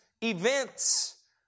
events